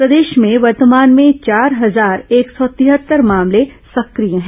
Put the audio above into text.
प्रदेश में वर्तमान में चार हजार एक सौ तिहत्तर मामले सक्रिय हैं